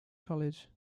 college